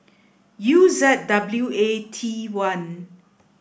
U Z W A T one